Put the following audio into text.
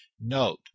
Note